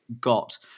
got